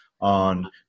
on